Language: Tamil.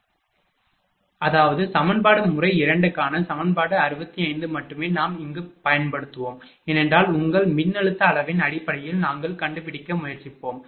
மற்றும் அந்த அதாவது சமன்பாடு முறை 2 க்கான சமன்பாடு 65 மட்டுமே நாம் இங்கு பயன்படுத்துவோம் ஏனென்றால் உங்கள் மின்னழுத்த அளவின் அடிப்படையில் நாங்கள் கண்டுபிடிக்க முயற்சிப்போம் சரி